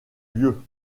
lieu